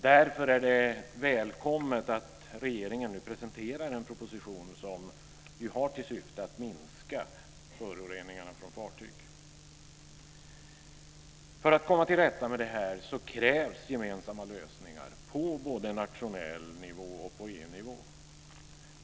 Därför är det välkommet att regeringen nu presenterar en proposition som har till syfte att minska föroreningarna från fartyg. För att komma till rätta med detta krävs gemensamma lösningar på både nationell nivå och på EU nivå.